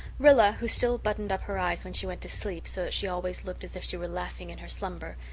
rilla, who still buttoned up her eyes when she went to sleep so that she always looked as if she were laughing in her slumber,